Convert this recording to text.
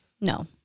No